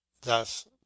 thus